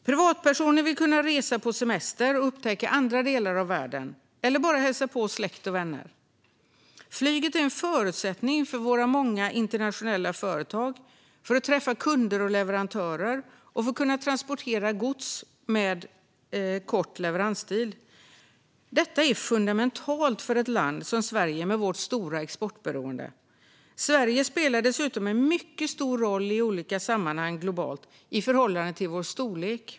Privatpersoner vill kunna resa på semester och upptäcka andra delar av världen eller bara hälsa på släkt och vänner. Flyget är också en förutsättning för att våra många internationella företag ska kunna träffa kunder och leverantörer och transportera gods med kort leveranstid. Detta är fundamentalt för ett land som Sverige med vårt stora exportberoende. Sverige spelar dessutom i olika globala sammanhang en mycket stor roll i förhållande till vår storlek.